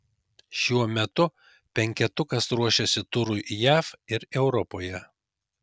šiuo metu penketukas ruošiasi turui jav ir europoje